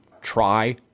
try